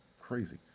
Crazy